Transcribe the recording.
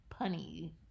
punny